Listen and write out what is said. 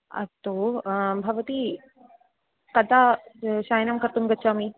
अस्तु भवती कदा शयनं कर्तुं गच्छामि